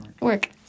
Work